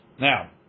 Now